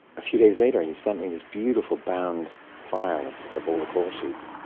a few days later, he sent me this beautiful bound file of of all the call sheets.